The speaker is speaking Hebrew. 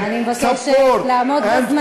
אני מבקשת לעמוד בזמנים,